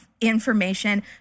information